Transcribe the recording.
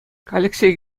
алексей